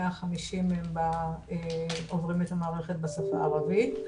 150 עוברים את המערכת בשפה הערבית,